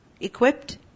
equipped